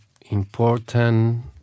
important